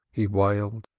he wailed.